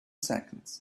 seconds